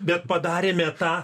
bet padarėme tą